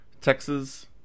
texas